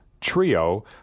Trio